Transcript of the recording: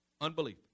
Unbelief